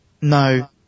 No